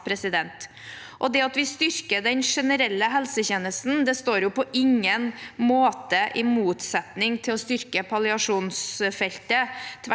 Det at vi styrker den generelle helsetjenesten, står på ingen måte i motsetning til å styrke palliasjonsfeltet